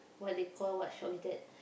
what they call what shop is that